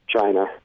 China